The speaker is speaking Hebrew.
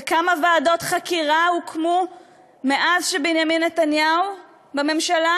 וכמה ועדות חקירה הוקמו מאז שבנימין נתניהו ראש הממשלה?